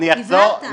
לא, אני אחזור.